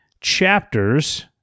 chapters